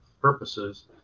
purposes